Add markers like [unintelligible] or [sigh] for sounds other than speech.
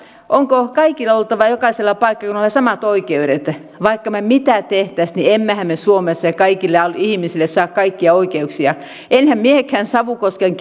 onko kaikilla jokaisella paikkakunnalla oltava samat oikeudet vaikka me me mitä tekisimme niin emmehän me suomessa kaikille ihmisille saa kaikkia oikeuksia enhän minäkään savukosken [unintelligible]